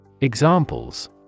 Examples